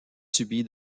subi